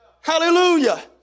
hallelujah